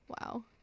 wow